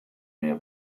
mehr